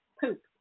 poop